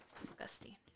Disgusting